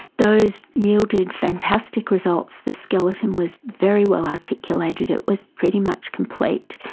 those yielded fantastic results, the skeleton was very well articulated, it was pretty much complete.